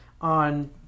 on